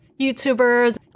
YouTubers